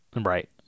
Right